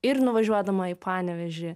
ir nuvažiuodama į panevėžį